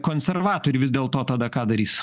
konservatoriai vis dėl to tada ką darys